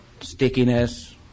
stickiness